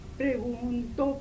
pregunto